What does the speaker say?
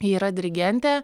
ji yra dirigentė